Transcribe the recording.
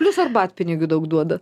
plius arbatpinigių daug duoda